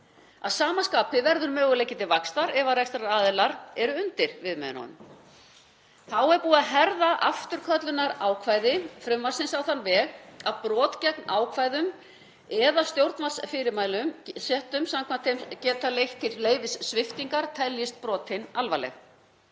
Að sama skapi verður möguleiki til vaxtar ef rekstraraðilar eru undir viðmiðunum. Þá er búið að herða afturköllunarákvæði frumvarpsins á þann veg að brot gegn ákvæðum eða stjórnvaldsfyrirmælum settum samkvæmt þeim geta leitt til leyfissviptingar teljist brotin alvarleg.